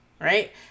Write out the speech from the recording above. right